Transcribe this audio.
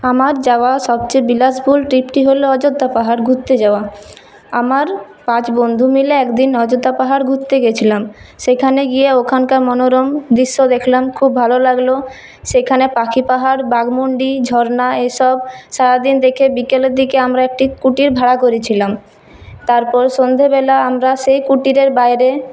আমার যাওয়া সবচেয়ে বিলাসবহুল ট্রিপটি হল অযোধ্যা পাহাড় ঘুরতে যাওয়া আমার পাঁচ বন্ধু মিলে একদিন অযোধ্যা পাহাড় ঘুরতে গিয়েছিলাম সেখানে গিয়ে ওখানকার মনোরম দৃশ্য দেখলাম খুব ভালো লাগল সেখানে পাখি পাহাড় বাঘমুণ্ডি ঝরনা এসব সারাদিন দেখে বিকেলের দিকে আমরা একটি কুটির ভাড়া করেছিলাম তারপর সন্ধ্যাবেলা আমরা সেই কুটিরের বাইরে